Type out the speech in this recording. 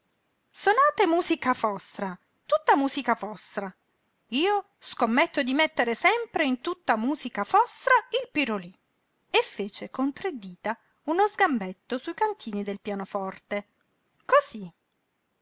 sonate musika fostra tutta musika fostra io skommetto di mettere sempre in tutta musika fostra il pirolí e fece con tre dita uno sgambetto sui cantini del pianoforte cosí